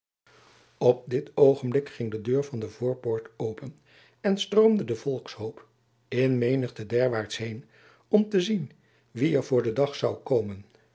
op dit oogenblik ging de deur van de voorpoort open en stroomde de volkshoop in menigte derwaarts heen om te zien wie er voor den dag zoû komen